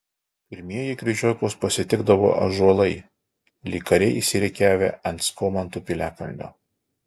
pirmieji kryžiokus pasitikdavo ąžuolai lyg kariai išsirikiavę ant skomantų piliakalnio